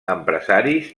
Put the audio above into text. empresaris